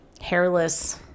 hairless